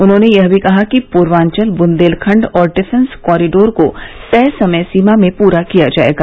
उन्होंने यह भी कहा कि पूर्वांचल बुन्देलखंड और डिफेंस कॉरिडोर को तय समय में पूरा किया जायेगा